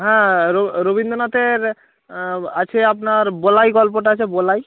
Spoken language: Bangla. হ্যাঁ রবীন্দ্রনাথের আছে আপনার বলাই গল্পটা আছে বলাই